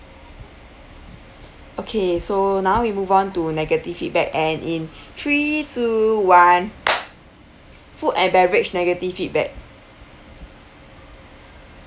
okay so now we move on to negative feedback and in three two one food and beverage negative feedback